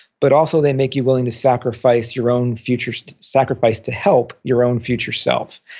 but also, they make you willing to sacrifice your own future so sacrifice to help your own future self.